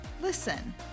listen